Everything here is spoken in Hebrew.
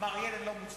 הוא אמר: ילד לא מוצלח,